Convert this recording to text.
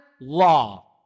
law